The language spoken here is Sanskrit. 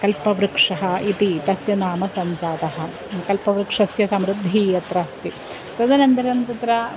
कल्पवृक्षः इति तस्य नाम सञ्जातः कल्पवृक्षस्य समृद्धिः अत्र अस्ति तदनन्तरं तत्र